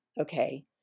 Okay